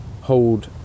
hold